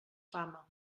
fama